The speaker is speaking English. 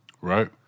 right